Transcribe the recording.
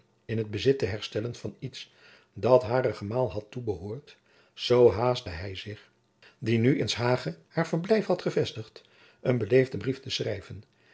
in het bezit te herstellen van iets dat haren gemaal had toebehoord zoo haastte hij zich haar die nu in s hage haar verblijf had gevestigd een beleefden brief te schrijven